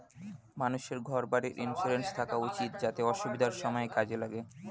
মানুষের ঘর বাড়ির ইন্সুরেন্স থাকা উচিত যাতে অসুবিধার সময়ে কাজে লাগে